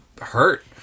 hurt